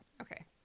Okay